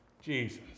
Jesus